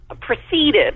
proceeded